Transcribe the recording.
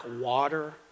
water